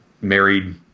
married